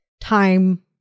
time